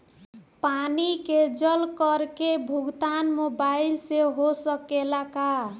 पानी के जल कर के भुगतान मोबाइल से हो सकेला का?